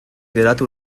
geratu